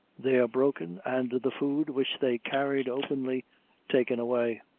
there broken, and the food which they carried openly taken away,